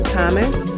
Thomas